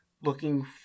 looking